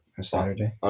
Saturday